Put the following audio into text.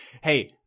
Hey